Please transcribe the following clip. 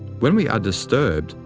when we are disturbed,